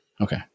Okay